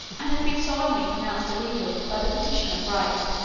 and had been solemnly pronounced illegal by the petition of right,